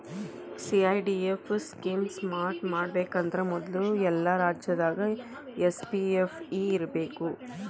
PFDF scheme start ಮಾಡಬೇಕಂದ್ರ ಮೊದ್ಲು ಎಲ್ಲಾ ರಾಜ್ಯದಾಗು ಎಸ್.ಪಿ.ಎಫ್.ಇ ಇರ್ಬೇಕು